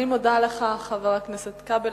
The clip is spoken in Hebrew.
אני מודה לך, חבר הכנסת כבל.